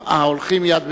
ההולכים יד ביד.